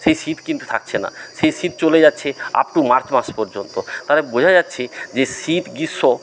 সেই শীত কিন্তু থাকছে না সেই শীত চলে যাচ্ছে আপ টু মার্চ মাস পর্যন্ত তাহলে বোঝা যাচ্ছে যে শীত গ্রীষ্ম